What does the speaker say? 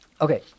Okay